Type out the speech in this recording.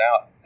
out